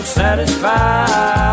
satisfied